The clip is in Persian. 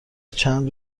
چند